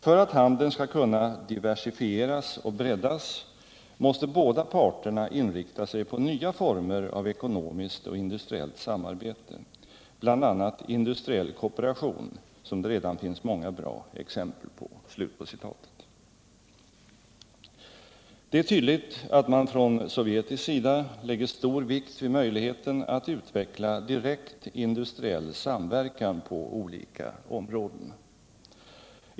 För att handeln skall kunna diversifieras och breddas måste båda parterna inrikta sig på nya former av ekonomiskt och industriellt samarbete, bl.a. industriell kooperation som det redan finns många bra exempel på.” Det är tydligt att man från sovjetisk sida lägger stor vikt vid möjligheten att utveckla direkt industriell samverkan på olika områden.